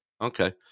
Okay